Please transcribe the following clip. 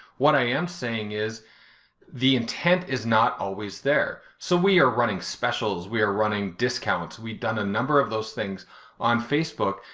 what i am saying is the intent is not always there. so we are running specials, we are running discounts, we've done a number of those things on facebook,